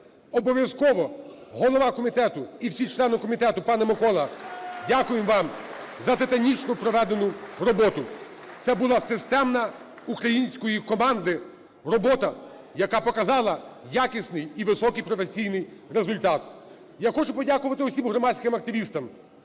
Обов'язково, голова комітету і всі члени комітету, пане Миколо, дякуємо вам за титанічно проведену роботу. Це була системна української команди робота, яка показала якісний і високий професійний результат. Я хочу подякувати усім громадським активістам,